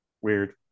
weird